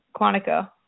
Quantico